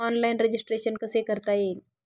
Online registration कसे करता येईल?